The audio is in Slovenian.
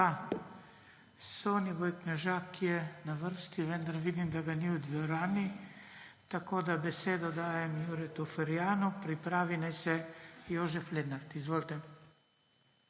lepa. Soniboj Knežak je na vrsti, vendar vidim, da ga ni v dvorani, zato besedo dajem Juretu Ferjanu, pripravi naj se Jožef Lenart. Izvolite.